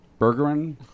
Bergeron